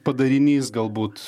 padarinys galbūt